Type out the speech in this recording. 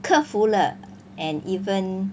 克服了 and even